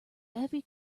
every